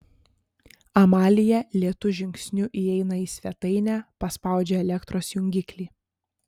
amalija lėtu žingsniu įeina į svetainę paspaudžia elektros jungiklį